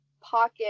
pocket